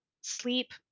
sleep